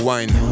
Wine